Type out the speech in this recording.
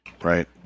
right